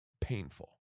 painful